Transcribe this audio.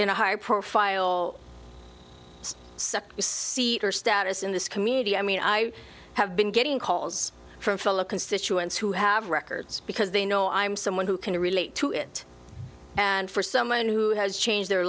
in a high profile sec seat or status in this community i mean i have been getting calls from fellow constituents who have records because they know i'm someone who can relate to it and for someone who has changed their